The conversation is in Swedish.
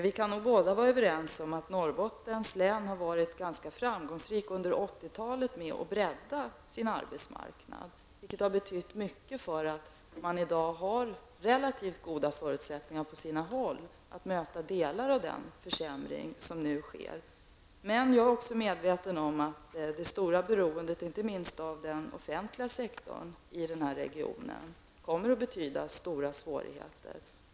Vi kan nog vara överens om att Norrbottens län under 1980-talet varit ganska framgångsrikt med att bredda sin arbetsmarknad, vilket har betytt att man i dag på sina håll har relativt goda förutsättningar att möta delar av den försämring som nu sker. Men jag är också medveten om att det stora beroendet av den offentliga sektorn i regionen kommer att betyda stora svårigheter.